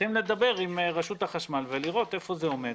צריכים לדבר עם רשות החשמל ולראות היכן זה עומד.